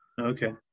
Okay